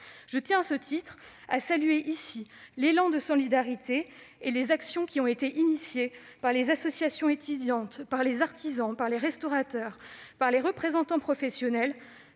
Je tiens à ce titre à saluer ici l'élan de solidarité et les actions engagées par les associations étudiantes, les artisans, les restaurateurs, les représentants professionnels,